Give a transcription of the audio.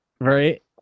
right